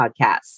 Podcasts